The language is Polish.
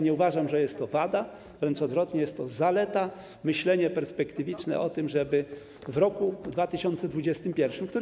Nie uważam, że jest to wada, wręcz odwrotnie, jest to zaleta, myślenie perspektywiczne o tym, żeby w roku 2021, który.